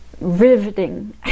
riveting